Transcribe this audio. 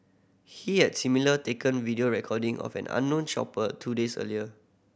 he had similar taken video recording of an unknown shopper two days earlier